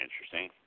interesting